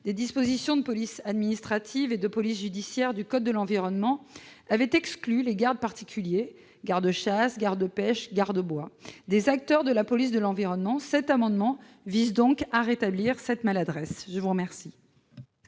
des dispositions de police administrative et de police judiciaire du code de l'environnement avait exclu les gardes particuliers, gardes-chasse, gardes-pêche, gardes-bois, des acteurs de la police de l'environnement. Cet amendement vise donc à remédier à cette maladresse. Quel